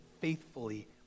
faithfully